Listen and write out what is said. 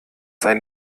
sein